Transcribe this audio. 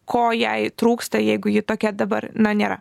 ko jai trūksta jeigu ji tokia dabar na nėra